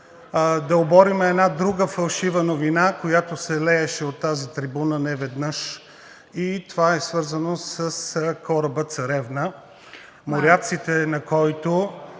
да оборим една друга фалшива новина, която се лееше от тази трибуна неведнъж, и това е свързано с кораба „Царевна“, моряците на който